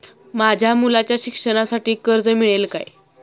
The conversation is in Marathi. माझ्या मुलाच्या शिक्षणासाठी कर्ज मिळेल काय?